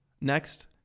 Next